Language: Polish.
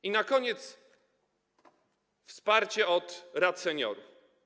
I na koniec wsparcie od rad seniorów.